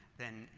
then,